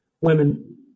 women